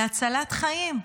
להצלת חיים.